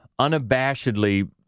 unabashedly